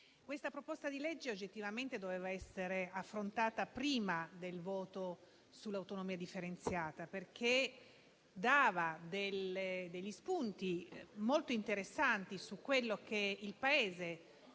legge in discussione oggettivamente avrebbe dovuto essere affrontato prima del voto sull'autonomia differenziata, perché dava degli spunti molto interessanti su quello che il Paese